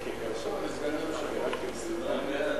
ההצעה להעביר את הנושא לוועדת